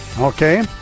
Okay